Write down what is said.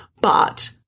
but-